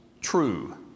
True